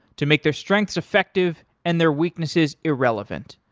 to make their strengths effective and their weaknesses irrelevant.